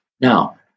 Now